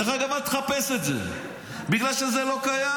דרך אגב, אל תחפש את זה בגלל שזה לא קיים.